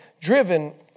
driven